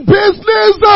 business